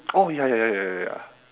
oh ya ya ya ya ya ya ya